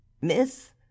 miss